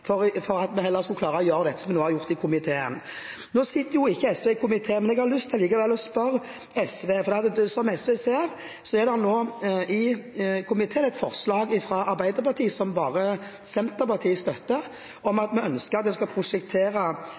mandag for at vi heller skulle klare å gjøre det som vi nå har gjort i komiteen. Nå sitter jo ikke SV i komiteen, men jeg har likevel lyst til å spørre SV, for som SV ser, er det nå i komiteen et forslag fra Arbeiderpartiet som bare Senterpartiet støtter, om at vi ønsker at en skal prosjektere